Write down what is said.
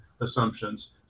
assumptions